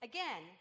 Again